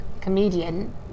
comedian